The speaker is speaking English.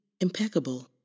impeccable